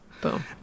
Boom